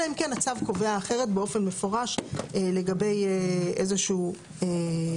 אלא אם כן הצו קובע אחרת באופן מפורש לגבי איזה שהוא מוצר.